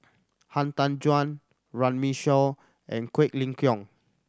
Han Tan Juan Runme Shaw and Quek Ling Kiong